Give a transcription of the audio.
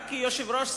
רק כיושב-ראש סיעה,